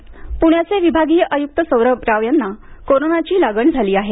सौरभ राव पुण्याचे विभागीय आयुक्त सौरभ राव यांना कोरोनाची लागण झाली आहे